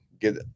get